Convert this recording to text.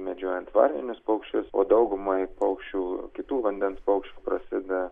medžiojant varninius paukščius o daugumai paukščių kitų vandens paukščių prasideda